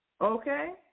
Okay